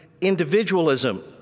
individualism